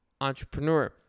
entrepreneur